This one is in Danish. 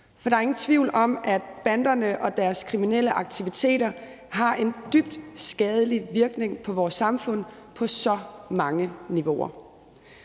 for der er ingen tvivl om, at banderne og deres kriminelle aktiviteter har en dybt skadelig virkning på vores samfund på så mange niveauer.